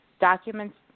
documents